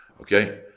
Okay